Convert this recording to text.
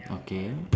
okay